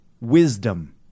wisdom